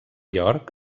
york